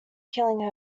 killing